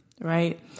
Right